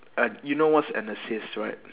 and you know what's an assist right